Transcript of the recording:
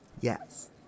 Yes